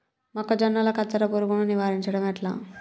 మొక్కజొన్నల కత్తెర పురుగుని నివారించడం ఎట్లా?